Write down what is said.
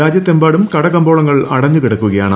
രാജ്യത്തെ മ്പാടും കടകമ്പോളങ്ങൾ അടഞ്ഞു കിടക്കുകയാണ്